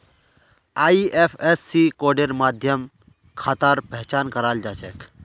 IFSC कोडेर माध्यम खातार पहचान कराल जा छेक